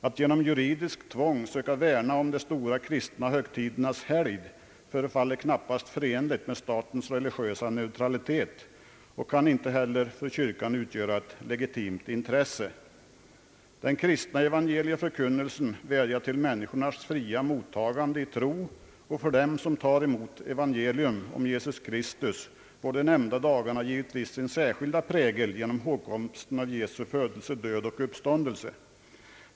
Att genom juridiskt tvång söka värna om de stora kristna högtidernas helgd förefaller knappast förenligt med statens religiösa neutralitet och kan inte heller för kyrkan utgöra ett legitimt intresse. Den kristna evangelieförkunnelsen vädjar till människors fria mottagande i tro, och för dem som tar emot evangelium om Jesus Kristus får de nämnda dagarna givetvis sin särskilda prägel genom hågkomsten av Jesu födelse, död och uppståndelse.